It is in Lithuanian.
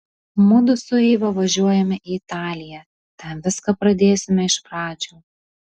mudu su eiva važiuojame į italiją ten viską pradėsime iš pradžių